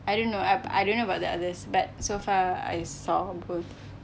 I don't know I don't know about the others but so far I saw both